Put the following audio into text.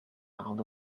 out